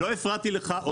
לא הפרעתי לך.